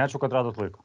ačiū kad radot laiko